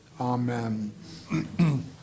Amen